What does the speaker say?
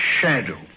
shadow